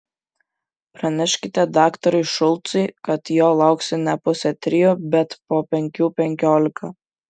praneškite daktarui šulcui kad jo lauksiu ne pusę trijų bet po penkių penkiolika